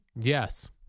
Yes